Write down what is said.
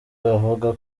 bavuga